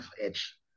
Edge